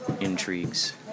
intrigues